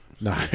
no